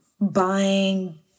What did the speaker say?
buying